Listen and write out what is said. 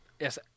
yes